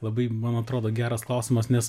labai man atrodo geras klausimas nes